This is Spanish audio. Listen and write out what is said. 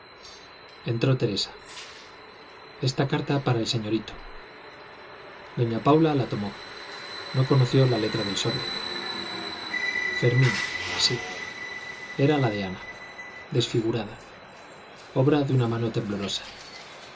entró teresa esta carta para el señorito doña paula la tomó no conoció la letra del sobre fermín sí era la de ana desfigurada obra de una mano temblorosa